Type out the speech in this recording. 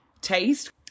taste